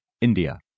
India